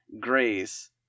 grace